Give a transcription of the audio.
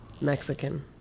Mexican